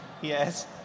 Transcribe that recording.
Yes